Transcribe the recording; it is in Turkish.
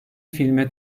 filme